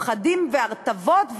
פחדים והרטבות,